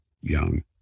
young